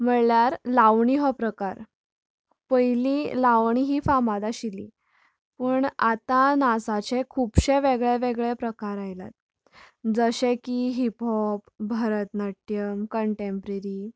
म्हणल्यार लावणी हो प्रकार पयलीं लावणी ही फामाद आशिल्ली पूण आतां नाचाचे खूबशें वेगळे वेगळे प्रकार आयल्यात जशें की हिहॉप भरत नाट्यम कंन्टेम्पररी